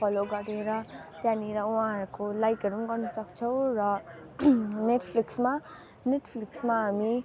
follow गरेर त्यहाँनिर उहाँहरूको लाइकहरू गर्नुसक्छौँ र नेटफ्लिक्समा नेटफ्लिक्समा हामी